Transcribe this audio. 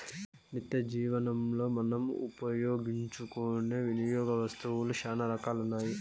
నిత్యజీవనంలో మనం ఉపయోగించుకునే వినియోగ వస్తువులు చాలా రకాలుగా ఉన్నాయి